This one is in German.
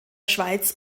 schweiz